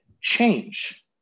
change